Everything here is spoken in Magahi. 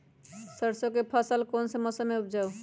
सरसों की फसल कौन से मौसम में उपजाए?